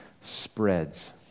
spreads